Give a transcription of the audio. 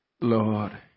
Lord